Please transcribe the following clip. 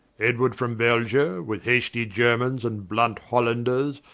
edward from belgia, with hastie germanes, and blunt hollanders,